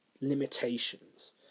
limitations